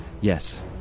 yes